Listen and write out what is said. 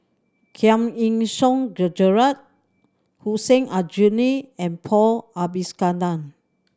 Giam Yean Song Gerald Hussein Aljunied and Paul Abisheganaden